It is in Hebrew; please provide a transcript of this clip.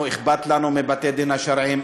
אנחנו, אכפת לנו מבתי-הדין השרעיים.